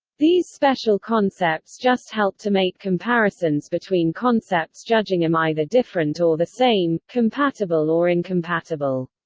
these special concepts just help to make comparisons between concepts judging them either different or the same, compatible or incompatible.